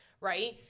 right